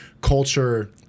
culture